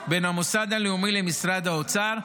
בין המוסד לביטוח לאומי למשרד האוצר,